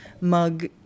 mug